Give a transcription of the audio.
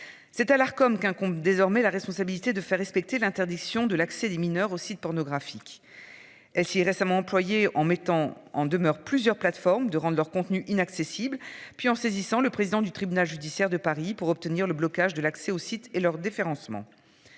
C'est à l'Arcom qu'incombe désormais la responsabilité de faire respecter l'interdiction de l'accès des mineurs aux sites pornographiques. Et si récemment employé en mettant en demeure plusieurs plateformes de rendent leur contenu inaccessible puis en saisissant le président du tribunal judiciaire de Paris pour obtenir le blocage de l'accès au site et leur déférence ment.